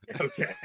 okay